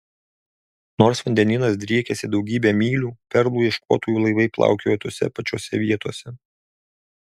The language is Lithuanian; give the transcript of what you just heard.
nors vandenynas driekėsi daugybę mylių perlų ieškotojų laivai plaukiojo tose pačiose vietose